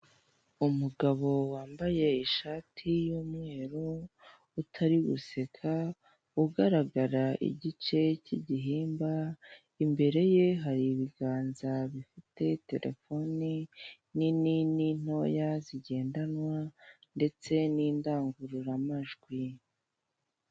Umugabo wambaye ishati y’ umweru, utari guseka ugaragara igice cy’ igihimba imbere ye hari ibiganza bifite telefoni nini n’ intoya, zigendanwa ndetse n' indangururamajwi.